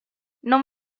non